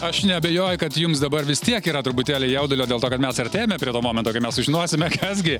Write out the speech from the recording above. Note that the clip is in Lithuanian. aš neabejoju kad jums dabar vis tiek yra truputėlį jaudulio dėl to kad mes artėjame prie to momento kai mes sužinosime kas gi